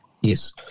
Yes